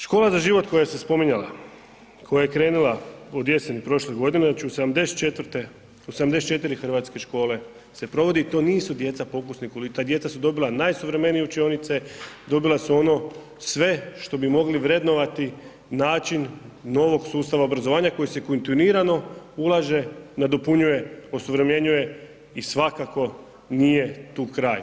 Škola za život koja se spominjala, koja je krenula, od jeseni prošle godine, znači u 74 hrvatske škole se provodi i to nisu djeca pokusnih kunića, ta djeca su dobila najsuvremenije učionice, dobila su ono sve što bi mogli vrednovati i način novog sustava obrazovanja, koji se kontinuirano ulaže, nadopunjuje osuvremenjuje i svakako nije tu kraj.